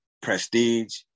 prestige